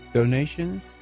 Donations